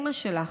אימא שלך,